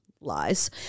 Lies